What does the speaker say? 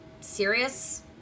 serious